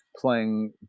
playing